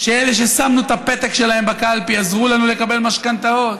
שאלה ששמנו את הפתק שלהם בקלפי עזרו לנו לקבל משכנתאות.